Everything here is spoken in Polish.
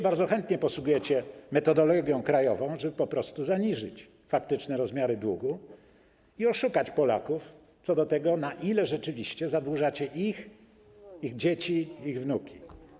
Bardzo chętnie posługujecie się metodologią krajową, żeby po prostu zaniżyć faktyczne rozmiary długu i oszukać Polaków odnośnie do tego, na ile rzeczywiście zadłużacie ich, ich dzieci i ich wnuki.